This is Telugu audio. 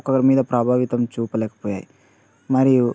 ఒకరి మీద ప్రభావితం చూపలేకపోయాయి మరియు